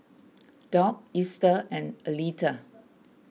Doc Easter and Aleta